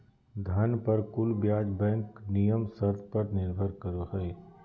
धन पर कुल ब्याज बैंक नियम शर्त पर निर्भर करो हइ